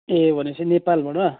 ए भनेपछि नेपालबाट